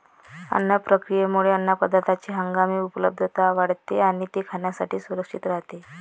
अन्न प्रक्रियेमुळे अन्नपदार्थांची हंगामी उपलब्धता वाढते आणि ते खाण्यासाठी सुरक्षित राहते